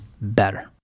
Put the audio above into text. better